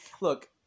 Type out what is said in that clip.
Look